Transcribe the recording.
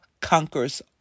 conquers